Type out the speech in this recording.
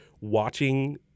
watching